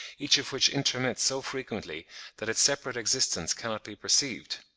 each of which intermits so frequently that its separate existence cannot be perceived.